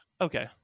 okay